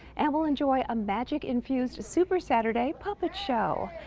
and we'll enjoy a magic infused super saturday puppet show.